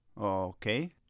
Okay